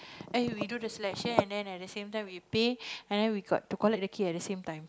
and we we do the selection and the same time we pay and then we got to collect the key at the same time